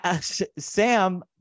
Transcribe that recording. Sam